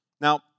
Now